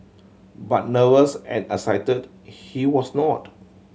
but nervous and excited he was not